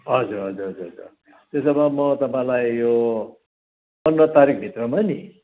हजुर हजुर हजुर हजुर त्यसो भए म तपाईँलाई यो पन्ध्र तारिख भित्रमा नि